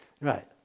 Right